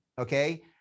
Okay